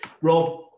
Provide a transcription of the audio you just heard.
Rob